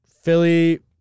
Philly